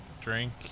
drink